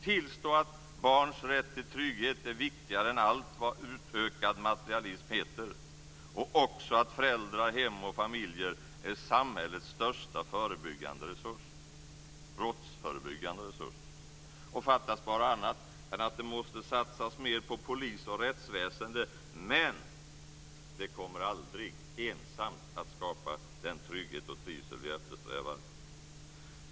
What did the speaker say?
Tillstå att barns rätt till trygghet är viktigare än allt vad utökad materialism heter och också att föräldrar, hem och familjer är samhällets största brottsförebyggande resurs. Och fattas bara annat än att det måste satsas mer på polisoch rättsväsende, men det kommer aldrig ensamt att skapa den trygghet och trivsel vi eftersträvar.